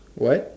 what